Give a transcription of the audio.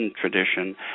tradition